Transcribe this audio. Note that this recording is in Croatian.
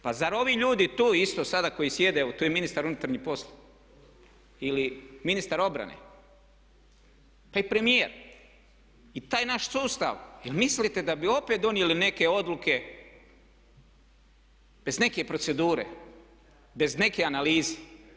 Pa zar ovi ljudi tu isto sada koji sjede, evo tu je ministar unutarnjih poslova, ili ministar obrane pa i premijer i taj naš sustav jel' mislite da bi opet donijeli neke odluke bez neke procedure, bez neke analize?